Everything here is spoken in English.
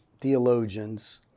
theologians